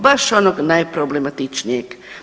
Baš onog najproblematičnijeg.